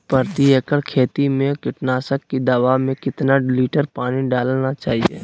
प्रति एकड़ खेती में कीटनाशक की दवा में कितना लीटर पानी डालना चाइए?